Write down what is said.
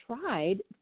tried